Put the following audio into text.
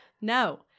No